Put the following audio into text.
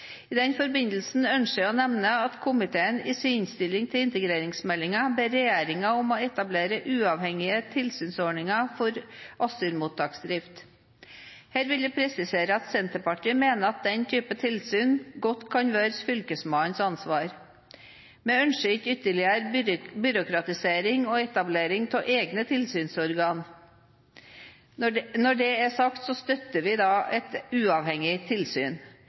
I den forbindelse ønsker jeg å nevne at komiteen i sin innstilling til integreringsmeldingen ber regjeringen om å etablere uavhengige tilsynsordninger for asylmottaksdrift. Her vil jeg presisere at Senterpartiet mener at den type tilsyn godt kan være Fylkesmannens ansvar. Vi ønsker ikke ytterligere byråkratisering og etablering av egne tilsynsorganer. Når det er sagt, støtter vi et uavhengig tilsyn.